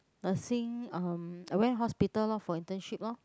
nursing um I went hospital loh for internship loh